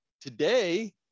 today